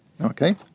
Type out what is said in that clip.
Okay